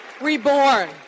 reborn